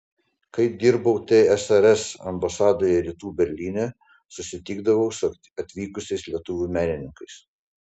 kai dirbau tsrs ambasadoje rytų berlyne susitikdavau su atvykusiais lietuvių menininkais